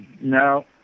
no